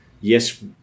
yes